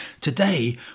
Today